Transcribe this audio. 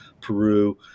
Peru